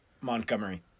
Montgomery